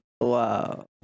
Wow